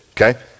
Okay